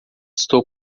estou